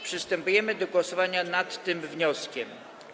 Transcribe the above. Przystępujemy do głosowania nad tym wnioskiem.